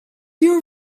you